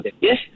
Yes